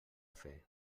fer